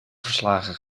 verslagen